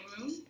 room